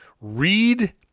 read